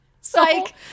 Psych